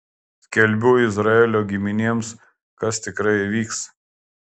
skelbiu izraelio giminėms kas tikrai įvyks